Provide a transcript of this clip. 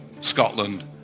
Scotland